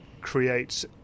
creates